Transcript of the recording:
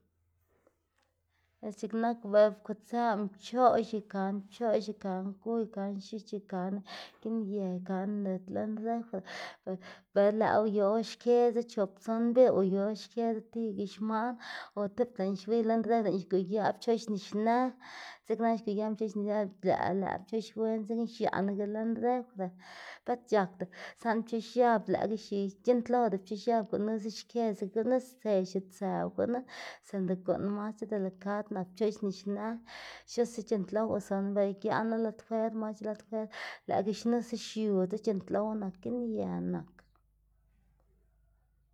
c̲h̲iꞌk nak bela kutsëwná pchoꞌx ikaná pchoꞌx, ikaná gu, ikaná x̱ich, ikaná giꞌn yë ikaná nit lën refri be lëꞌwu yu or xkedzu chop tson mbidz or yu or xkedzu tibaga xman o tipta lën xwiy lën regri lëꞌná xyuyaꞌ pchoꞌx nixnë dzekna or xguyaꞌná pchoꞌx nisnë lëꞌ lëꞌ pchoꞌ wen dzekna xiaꞌnaga lën refri bët c̲h̲akda, saꞌnde pchoꞌx x̱ab lëꞌkga x̱iy c̲h̲iꞌntloda pchoꞌx x̱ab gunuse xkedzaga gunu stse xiutsëw gunu sinda guꞌn masc̲h̲e delikad nak pchoꞌx nisnë xnuse c̲h̲iꞌntlowa suno bela giaꞌnu lad fuer masc̲h̲e lad fuer lëꞌkga xnuse xiudzu, c̲h̲iꞌntlowa nak giꞌn yë nak.